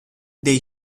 they